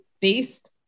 based